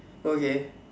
okay